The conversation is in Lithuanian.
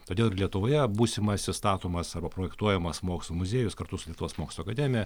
todėl ir lietuvoje būsimasis statomas arba projektuojamas mokslo muziejus kartu su lietuvos mokslų akademija